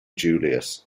julius